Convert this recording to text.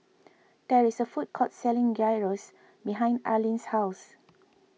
there is a food court selling Gyros behind Arlyn's house